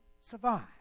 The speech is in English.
survive